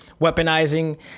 weaponizing